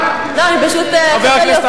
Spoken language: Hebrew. היושב-ראש,